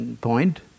point